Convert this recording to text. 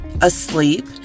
asleep